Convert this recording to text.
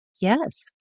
Yes